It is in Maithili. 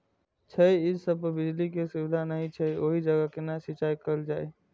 छै इस पर बिजली के सुविधा नहिं छै ओहि जगह केना सिंचाई कायल जाय?